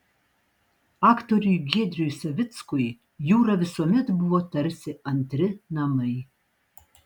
aktoriui giedriui savickui jūra visuomet buvo tarsi antri namai